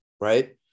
right